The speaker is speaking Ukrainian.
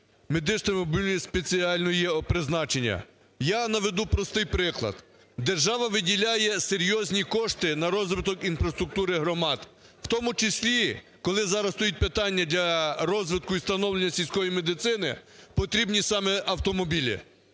медичними автомобілями спеціального призначення. Я наведу простий приклад. Держава виділяє серйозні кошти на розвиток інфраструктури громад. В тому числі, коли зараз стоїть питання для розвитку і становлення сільської медицини, потрібні саме автомобілі.